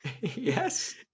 yes